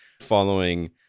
following